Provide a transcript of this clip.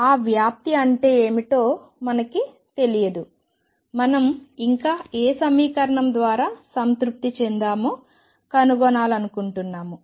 ఆ వ్యాప్తి అంటే ఏమిటో మనకు తెలియదు మనం ఇంకా ఏ సమీకరణం ద్వారా సంతృప్తి చెందామో కనుగొనాలనుకుంటున్నాము